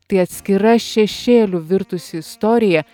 tai atskira šešėliu virtusi istorija